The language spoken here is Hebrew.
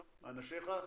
אנשיך?